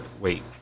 Wait